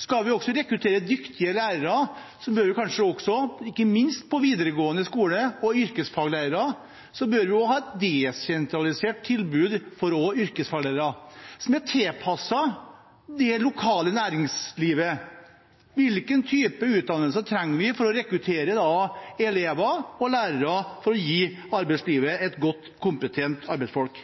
Skal vi rekruttere dyktige lærere, bør vi kanskje også, ikke minst med tanke på videregående skole og yrkesfaglærere, ha et desentralisert tilbud for yrkesfaglærere som er tilpasset det lokale næringslivet. Hvilken type utdannelse trenger vi for å rekruttere elever og lærere og gi arbeidslivet godt kompetente arbeidsfolk?